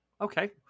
Okay